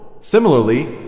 Similarly